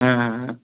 हाँ हाँ हाँ